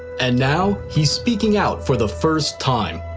and now he's speaking out for the first time.